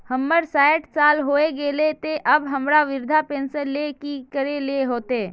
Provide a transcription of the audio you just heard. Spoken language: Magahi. हमर सायट साल होय गले ते अब हमरा वृद्धा पेंशन ले की करे ले होते?